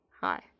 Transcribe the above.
Hi